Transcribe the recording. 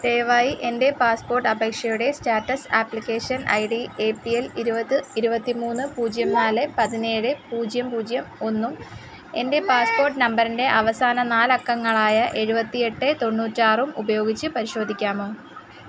ദയവായി എൻ്റെ പാസ്പോർട്ട് അപേക്ഷയുടെ status application I D A P L ഇരുപത് ഇരുപത്തി മൂന്ന് പൂജ്യം നാല് പതിനേഴ് പൂജ്യം പൂജ്യം ഒന്നും എൻ്റെ പാസ്പോർട്ട് നമ്പറിൻ്റെ അവസാന നാലക്കങ്ങളായ എഴുപത്തിയെട്ട് തൊണ്ണൂറ്റാറും ഉപയോഗിച്ച് പരിശോധിക്കാമോ